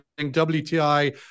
WTI